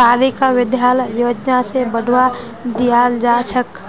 बालिका विद्यालय योजना स बढ़वा दियाल जा छेक